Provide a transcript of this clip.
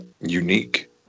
unique